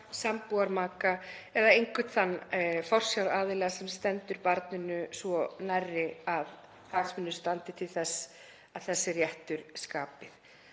sambúðarmaka eða einhvern þann forsjáraðila sem stendur barninu svo nærri að hagsmunir standi til þess að þessi réttur skapist.